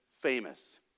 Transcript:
famous